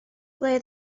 ble